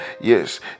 Yes